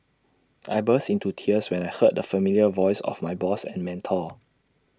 I burst into tears when I heard the familiar voice of my boss and mentor